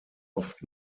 oft